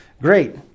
great